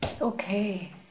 Okay